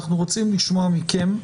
אנחנו רוצים לשמוע מכם,